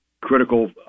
critical